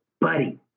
buddy